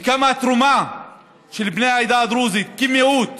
ומה התרומה של בני העדה הדרוזית, כמיעוט